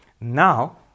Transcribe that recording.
now